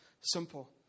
simple